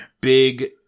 big